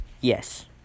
Yes